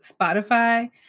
Spotify